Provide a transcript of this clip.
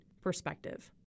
perspective